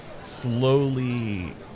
slowly